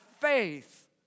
faith